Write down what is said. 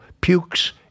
pukes